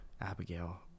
Abigail